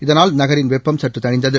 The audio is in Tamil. இதனால் நகரில் வெப்பம் சற்று தணிந்தது